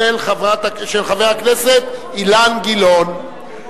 של חבר הכנסת אילן גילאון.